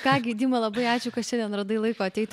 ką gi dyma labai ačiū kad šiandien radai laiko ateiti